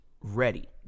ready